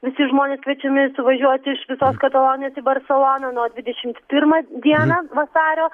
visi žmonės kviečiami suvažiuoti iš visos katalonijos į barseloną na o dvidešimt pirmą dieną vasario